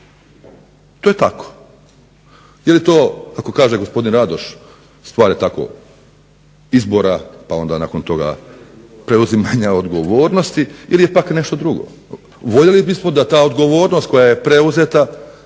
To je tako. Jeli to kako kaže gospodin Radoš stvar je tako izbora, pa onda nakon toga preuzimanja odgovornosti ili je pak nešto drugo? Voljeli bismo da ta odgovornost koja je preuzeta